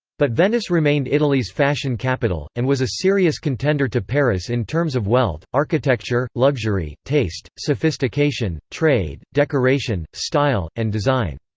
but venice remained italy's fashion capital, and was a serious contender to paris in terms of wealth, architecture, luxury, taste, sophistication, trade, decoration, style, and design.